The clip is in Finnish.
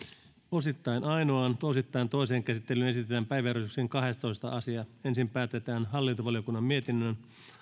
osittain ainoaan osittain toiseen käsittelyyn esitellään päiväjärjestyksen kahdestoista asia ensin päätetään hallintovaliokunnan mietinnön